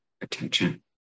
attention